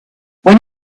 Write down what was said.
when